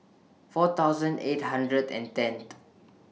four thousand eight hundred and ten th